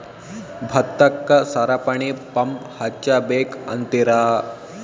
ಭತ್ತಕ್ಕ ಸರಪಣಿ ಪಂಪ್ ಹಚ್ಚಬೇಕ್ ಅಂತಿರಾ?